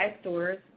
stores